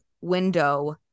window